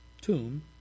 tomb